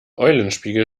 eulenspiegel